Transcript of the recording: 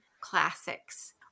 classics